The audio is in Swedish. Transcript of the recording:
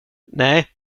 nej